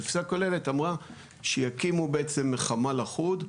התפיסה הכוללת אמרה שיקימו בעצם מחמ"ל אחוד,